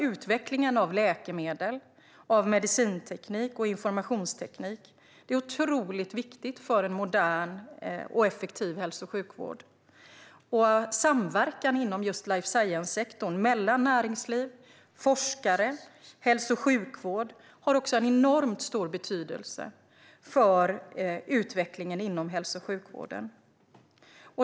Utvecklingen av läkemedel, medicinteknik och informationsteknik är viktig för en modern och effektiv hälso och sjukvård. Samverkan inom life science-sektorn mellan näringsliv, forskare och hälso och sjukvård har stor betydelse för utvecklingen inom hälso och sjukvården.